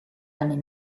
anni